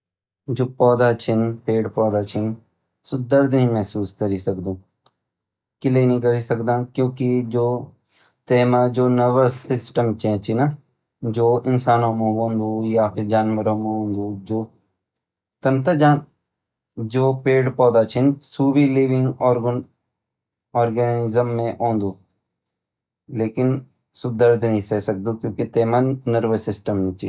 जु पौधा छन पेड पौधा छन सु दर्द नी महसूस करी सकद किले नी करी सकदा क्योंकि जो तै मा जु नर्वस सिस्टम छैं छ ना जो इन्सानों मा होंदु जानवरू मा होंदु जु तन त जु पेड पौधा छन सु भी ले लेंद आॅर्गेनिज्म में औंद लेकिन सु दर्द नी सह सकदु क्योंकि तै मा नर्वस सिस्टम नी छ।